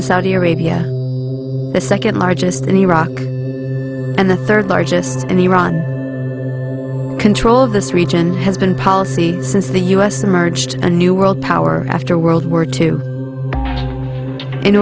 in saudi arabia the second largest in iraq and the third largest in iran control of this region has been policy since the us emerged a new world power after world war two in